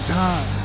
time